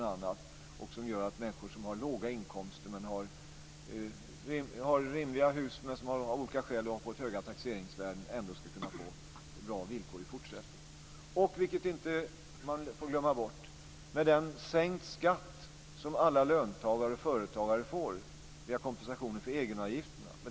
Där finns människor med låga inkomster som har rimliga hus, som av olika skäl fått höga taxeringsvärden. De ska också kunna få bra villkor i fortsättningen. Alla löntagare får sänkt skatt via kompensationen för egenavgifter.